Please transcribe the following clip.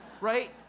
Right